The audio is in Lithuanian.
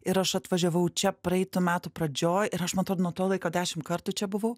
ir aš atvažiavau čia praeitų metų pradžioj ir aš matau nuo to laiko dešim kartų čia buvau